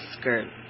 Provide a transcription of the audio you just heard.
skirt